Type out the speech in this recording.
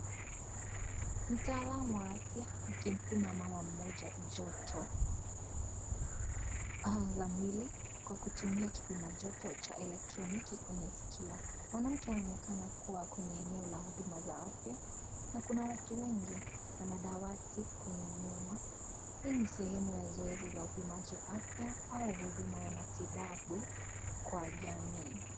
Mtaalamu wa afya akipima mama mmoja joto, La mwili kwa kutumia kipima joto cha elektroniki kwenye skio, Mwanamke anaonejana kuwa kwenye eneo la huduma za afya na kuna watu wengi na madawati kwenye nyuma. Hi ni sehemu ya zoezi la upimaji afya au huduma ya matibabu kwa jamii.